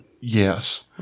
Yes